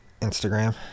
Instagram